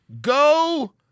go